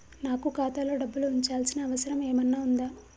నాకు ఖాతాలో డబ్బులు ఉంచాల్సిన అవసరం ఏమన్నా ఉందా?